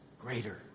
greater